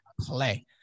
play